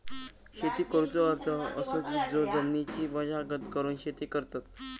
शेती करुचो अर्थ असो की जो जमिनीची मशागत करून शेती करतत